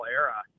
era